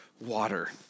water